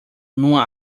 numa